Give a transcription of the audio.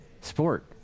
sport